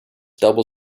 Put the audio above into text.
double